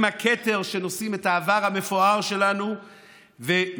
הם הכתר שנושא את העבר המפואר שלנו ומבטיח